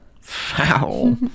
foul